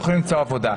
הם יכולים למצוא עבודה.